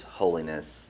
holiness